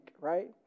right